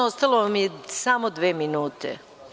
Ostalo vam je samo dve minute.